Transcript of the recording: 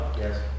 Yes